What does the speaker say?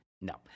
No